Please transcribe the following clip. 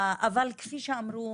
אבל כפי שאמרו